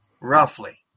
roughly